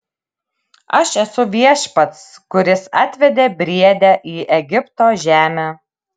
aš esu viešpats kuris atvedė briedę į egipto žemę